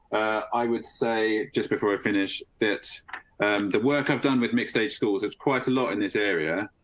i would say just before i finish that the work i've done with mixed age schools, it's quite a lot in this area.